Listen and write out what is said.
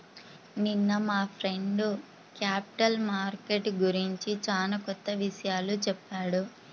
నిన్న మా friend capital market గురించి చానా కొత్త విషయాలు చెప్పాడు